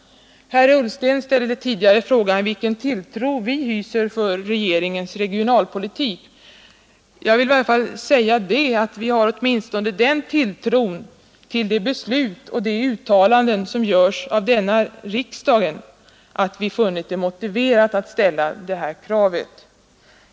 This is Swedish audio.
Herr Ullsten frågade tidigare vilken tilltro vi hyser till regeringens regionalpolitik. Jag vill säga, att vi har åtminstone den tilltron till de beslut som fattas och de uttalanden som görs av denna riksdag att vi funnit det motiverat att framföra det här kravet.